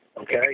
okay